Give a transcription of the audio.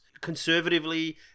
Conservatively